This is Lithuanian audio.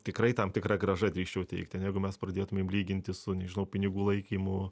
tikrai tam tikra grąža drįsčiau teigti negu mes pradėtumėm lyginti su nežinau pinigų laikymu